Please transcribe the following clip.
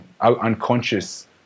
unconscious